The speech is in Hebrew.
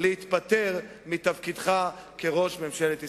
להתפטר מתפקידך כראש ממשלת ישראל.